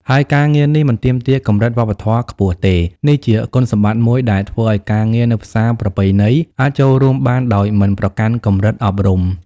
ហើយការងារនេះមិនទាមទារកម្រិតវប្បធម៌ខ្ពស់ទេ នេះជាគុណសម្បត្តិមួយដែលធ្វើឱ្យការងារនៅផ្សារប្រពៃណីអាចចូលរួមបានដោយមិនប្រកាន់កម្រិតអប់រំ។